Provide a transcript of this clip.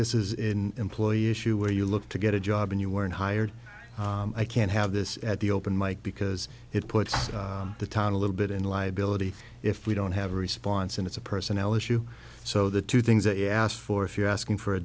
this is in employee issue where you look to get a job and you weren't hired i can't have this at the open mike because it puts the town a little bit in liability if we don't have a response and it's a personnel issue so the two things that you asked for if you're asking for a